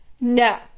no